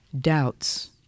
doubts